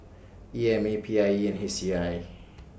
E M A P I E H C I